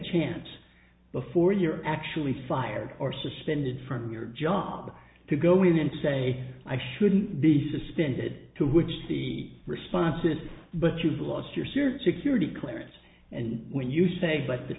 chance before you're actually fired or suspended from your job to go in and say i shouldn't be suspended to which seat responses but you've lost your sears security clearance and when you say